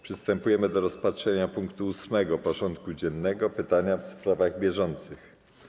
Przystępujemy do rozpatrzenia punktu 8. porządku dziennego: Pytania w sprawach bieżących.